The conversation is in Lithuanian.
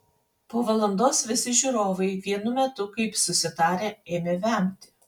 po valandos visi žiūrovai vienu metu kaip susitarę ėmė vemti